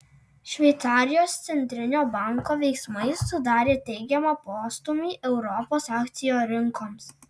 šveicarijos centrinio banko veiksmai sudarė teigiamą postūmį europos akcijų rinkoms